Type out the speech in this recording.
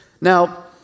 Now